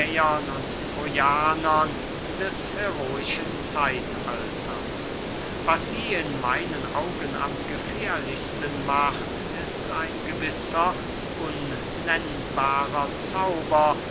und trojanern des heroischen zeitalters was sie in meinen augen am gefährlichsten macht ist ein gewisser unnennbarer zauber